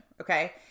okay